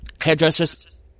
hairdressers